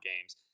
games